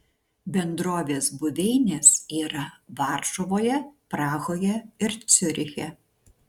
bendrovės buveinės yra varšuvoje prahoje ir ciuriche